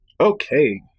Okay